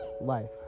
life